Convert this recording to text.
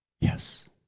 Yes